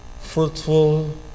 fruitful